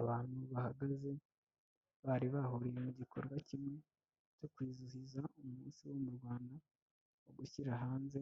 Abantu bahagaze bari bahuriye mu gikorwa kimwe cyo kwizihiza umunsi wo mu Rwanda wo gushyira hanze